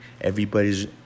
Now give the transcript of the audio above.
everybody's